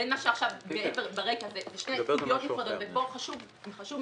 בין מה שעכשיו ברקע זה שתי סוגיות נפרדות ופה חשוב מאוד,